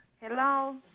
Hello